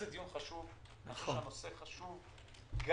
חשוב ונושא חשוב,